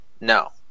No